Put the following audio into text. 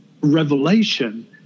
revelation